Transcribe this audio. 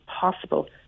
possible